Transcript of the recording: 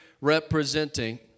representing